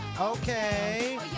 Okay